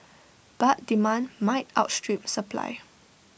but demand might outstrip supply